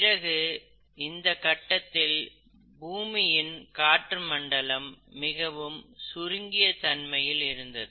பிறகு இந்த கட்டத்தில் பூமியின் காற்று மண்டலம் மிகவும் சுருங்கக்கூடிய தன்மையில் இருந்தது